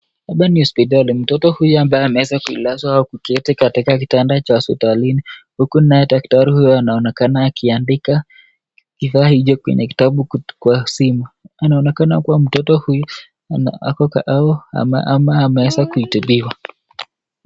Hapa ni hospitali mtoto huyu ambaye ameweza kulazwa au kuketi katika kitanda cha hospitalini huku naye daktari huyo anaonekana akiandika kifaa hicho kwenye kitabu kwa simu. Anaonekana kuwa mtoto huyu au ama ameweza kuitibiwa.